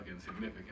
significant